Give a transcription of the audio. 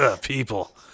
people